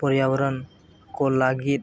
ᱯᱨᱚᱡᱟᱵᱚᱨᱚᱱ ᱠᱚ ᱞᱟᱹᱜᱤᱫ